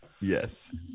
yes